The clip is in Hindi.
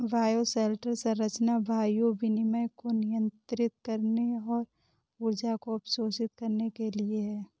बायोशेल्टर संरचना वायु विनिमय को नियंत्रित करने और ऊर्जा को अवशोषित करने के लिए है